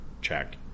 check